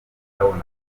babona